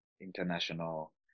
international